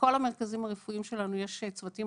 בכל המרכזים הרפואיים שלנו יש צוותים